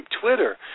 Twitter